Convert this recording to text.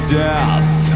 death